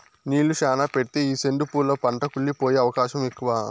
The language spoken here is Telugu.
నీళ్ళు శ్యానా పెడితే ఈ సెండు పూల పంట కుళ్లి పోయే అవకాశం ఎక్కువ